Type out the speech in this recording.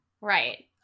Right